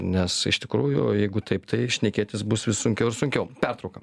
nes iš tikrųjų jeigu taip tai šnekėtis bus vis sunkiau ir sunkiau pertrauka